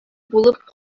булып